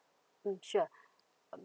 mm sure